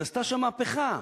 נעשתה שם מהפכה.